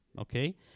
okay